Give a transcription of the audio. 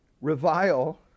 revile